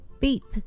beep